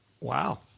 Wow